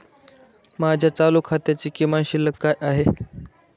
माझ्या चालू खात्याची किमान शिल्लक काय आहे?